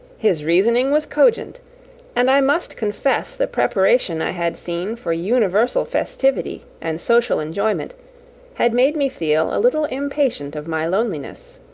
his reasoning was cogent and i must confess the preparation i had seen for universal festivity and social enjoyment had made me feel a little impatient of my loneliness.